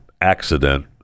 accident